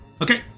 Okay